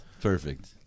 Perfect